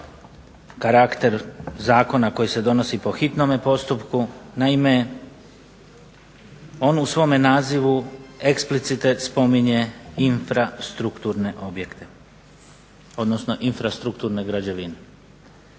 karakter zakona koji se donosi po hitnome postupku. Naime, on u svome nazivu explicite spominje infrastrukturne objekte, odnosno infrastrukturne građevine.